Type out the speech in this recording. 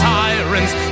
tyrants